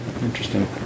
interesting